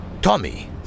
Tommy